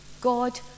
God